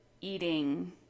eating –